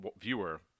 viewer